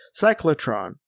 cyclotron